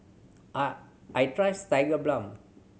I trust Tigerbalm